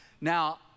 Now